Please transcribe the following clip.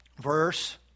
verse